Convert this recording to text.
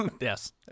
Yes